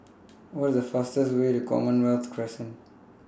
What IS The fastest Way to Commonwealth Crescent